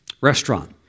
restaurant